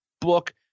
book